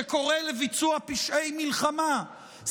שקורא לביצוע פשעי מלחמה,